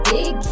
Big